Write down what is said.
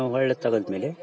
ಹೊಳ್ಳಿ ತೆಗದ್ಮೇಲೆ